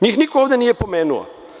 Njih niko ovde nije pomenuo.